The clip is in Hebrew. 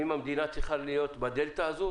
ואם המדינה צריכה להיות בדלתא הזו,